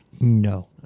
No